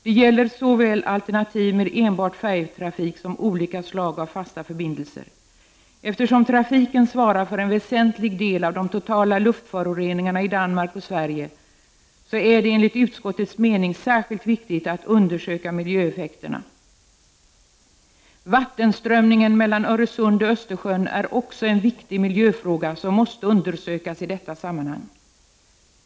Det gäller såväl alternativ med enbart färjetrafik som olika slag av fasta förbindelser. Eftersom trafiken svarar för en väsentlig del av de totala luftföroreningarna i Danmark och Sverige är det enligt utskottets mening särskilt viktigt att undersöka miljöeffekterna. Vattenströmningen mellan Öresund och Östersjön är också en viktig miljöfråga som måste undersökas i detta sammanhang.